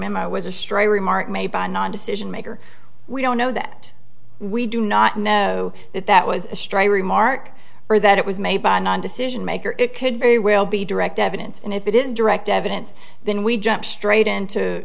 memo was a stray remark made by a non decision maker we don't know that we do not know that that was a stray remark or that it was made by a non decision maker it could very well be direct evidence and if it is direct evidence then we jump straight in to